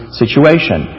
situation